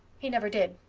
he never did.